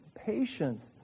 patience